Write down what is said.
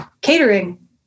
catering